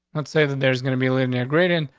let's say that there's gonna be living here, great in.